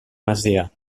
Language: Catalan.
masia